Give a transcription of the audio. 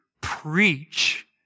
preach